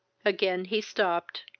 again he stopped.